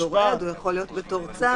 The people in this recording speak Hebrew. יכול להיות בתור עד, יכול להיות עם צו.